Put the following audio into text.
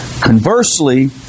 Conversely